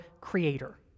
creator